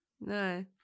no